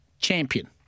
champion